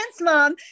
mom